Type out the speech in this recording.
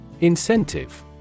Incentive